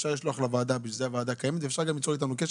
אפשר לשלוח לוועדה ובשביל זה הוועדה קיימת ואפשר ליצור איתנו קשר.